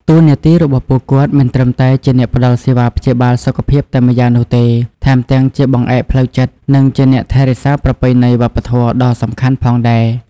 តួនាទីរបស់ពួកគាត់មិនត្រឹមតែជាអ្នកផ្តល់សេវាព្យាបាលសុខភាពតែម្យ៉ាងនោះទេ ថែមទាំងជាបង្អែកផ្លូវចិត្ត និងជាអ្នកថែរក្សាប្រពៃណីវប្បធម៌ដ៏សំខាន់ផងដែរ។